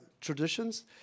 traditions